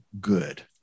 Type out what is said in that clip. good